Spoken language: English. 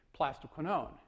plastoquinone